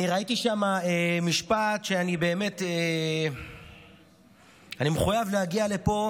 ראיתי שם משפט שאני באמת מחויב להגיע לפה